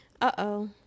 Uh-oh